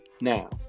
Now